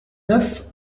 neuf